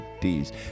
Ds